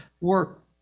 work